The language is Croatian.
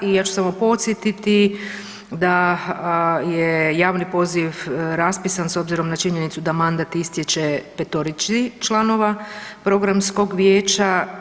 I ja ću samo podsjetiti da je javni poziv raspisan s obzirom na činjenicu da mandat istječe petorici članova programskog vijeća.